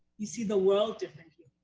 you see the world differently.